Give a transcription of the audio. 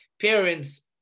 parents